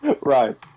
Right